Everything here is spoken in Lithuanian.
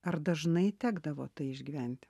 ar dažnai tekdavo tai išgyventi